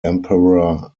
emperor